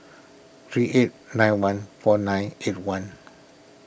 three eight nine one four nine eight one